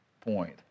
point